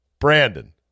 Brandon